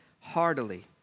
heartily